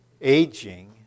aging